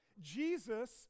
Jesus